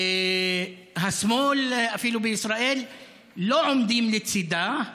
אפילו השמאל בישראל לא עומדים לצידה,